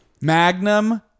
Magnum